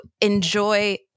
enjoy